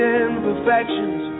imperfections